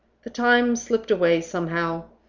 the time slipped away somehow.